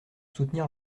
soutenir